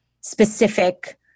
specific